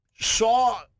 saw